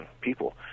people